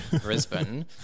Brisbane